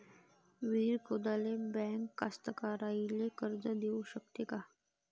विहीर खोदाले बँक कास्तकाराइले कर्ज देऊ शकते का?